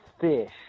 fish